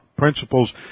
principles